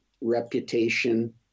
reputation